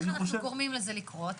איך אנו גורמים לזה לקרות?